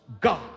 God